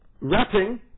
Wrapping